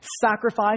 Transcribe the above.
Sacrifice